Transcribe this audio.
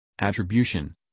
Attribution